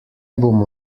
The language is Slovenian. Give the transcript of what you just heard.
bomo